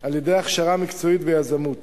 על-ידי הכשרה מקצועית ביזמות